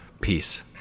peace